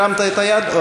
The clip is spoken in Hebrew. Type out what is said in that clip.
הרמת את היד?